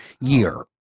year